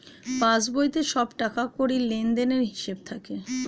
পাসবইতে সব টাকাকড়ির লেনদেনের হিসাব থাকে